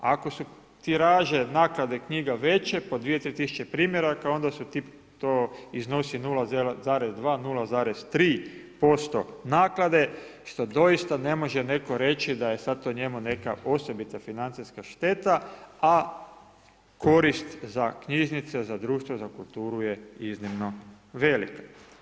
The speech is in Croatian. Ako su tiraže naknade knjige veće, po 2, 3 tisuće primjeraka, onda ti to iznosi 0,2 0,3% naklade, što doista ne može netko reći, da je sada to njemu neka osobita financijska šteta, a korist za knjižnice, za društvo, za kulturu je iznimno velik.